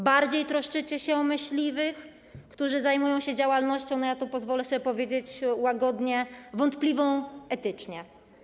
Bardziej troszczycie się o myśliwych, którzy zajmują się działalnością, pozwolę sobie powiedzieć łagodnie, wątpliwą etycznie.